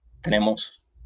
tenemos